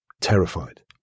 terrified